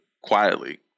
quietly